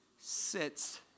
sits